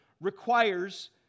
requires